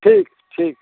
ठीक ठीक छै